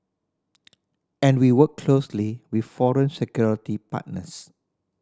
and we work closely with foreign security partners